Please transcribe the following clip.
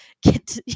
get